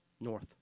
North